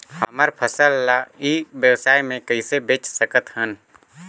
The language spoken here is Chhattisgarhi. हमर फसल ल ई व्यवसाय मे कइसे बेच सकत हन?